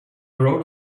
rode